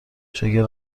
شاگرد